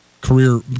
career